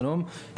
שלום.